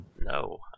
No